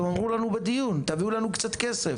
הם אמרו לנו בדיון: תביאו לנו קצת כסף.